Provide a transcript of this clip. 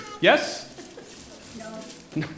Yes